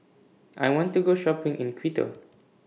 I want to Go Shopping in Quito